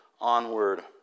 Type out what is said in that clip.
onward